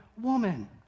woman